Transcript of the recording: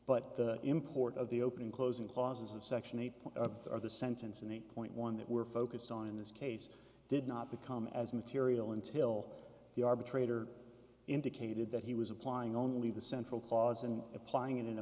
but the import of the opening closing clauses of section eight of the sentence and eight point one that were focused on in this case did not become as material until the arbitrator indicated that he was applying only the central clause and applying it in a